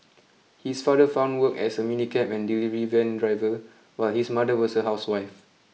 his father found work as a minicab and delivery van driver while his mother was a housewife